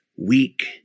weak